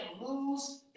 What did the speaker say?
lose